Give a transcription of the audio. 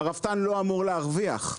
הרפתן לא אמור להרוויח.